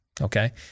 Okay